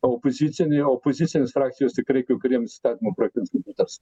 opoziciniai opozicinės frakcijos tikrai kai kuriems projektams nepritars